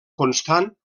constant